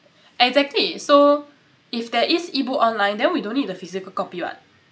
exactly so if there is e-book online then we don't need a physical copy what